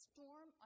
Storm